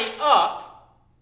up